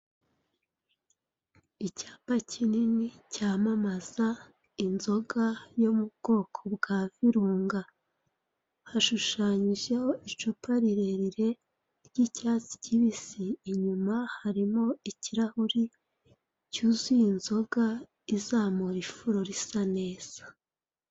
Icyapa kinini cyamamaza inzoga yo mu bwoko bwa Virunga, hashushanyijeho icupa rirerire ry'icyatsi kibisi inyuma harimo ibirahuri cyuzuye inzoga izamura ifuro risa neza.